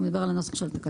אתה מדבר על נוסח התקנה.